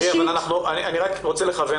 אנחנו צריכים להוכיח